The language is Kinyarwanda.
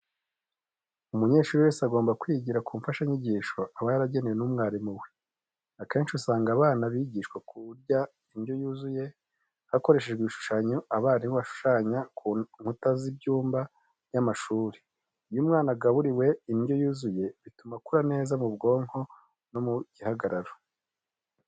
Umunyeshuri wese agomba kwigira ku mfashanyigisho aba yagenewe n'umwarimu we. Akenshi usanga abana bigishwa kurya indyo yuzuye hakoreshejwe ibishushanyo abarimu bashushanya ku nkuta z'ibyumba by'amashuri. Iyo umwana agaburiwe indyo yuzuye bituma akura neza mu bwonko no mu gihagararo.